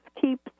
keep